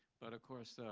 but, of course,